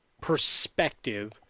perspective